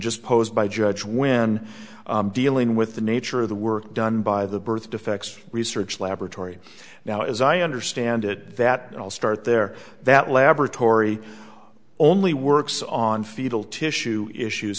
just posed by judge when dealing with the nature of the work done by the birth defects research laboratory now as i understand it that i'll start there that laboratory only works on fetal tissue issues